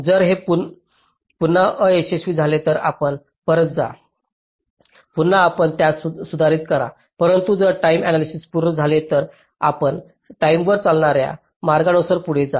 जर हे पुन्हा अयशस्वी झाले तर आपण परत जा पुन्हा आपण त्यास सुधारित करा परंतु जर टाईम आण्यालायसिस पूर्ण झाले तर आपण टाईमेवर चालणार्या मार्गानुसार पुढे जा